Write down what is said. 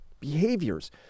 Behaviors